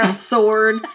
sword